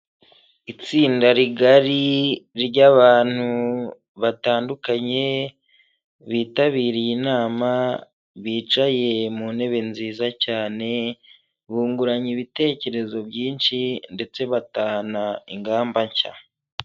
Itsinda rigari ry'abantu batandukanye bitabiriye inama bicaye mu ntebe nziza cyane, bunguranye ibitekerezo byinshi ndetse batahana ingamba nshya.